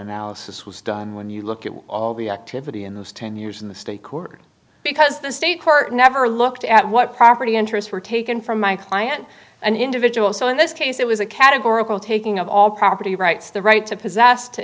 analysis was done when you look at all the activity in those ten years in the state court because the state court never looked at what property interests were taken from my client and individuals so in this case it was a categorical taking of all property rights the right to possess to